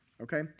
okay